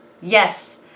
Yes